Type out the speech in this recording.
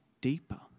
deeper